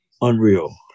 unreal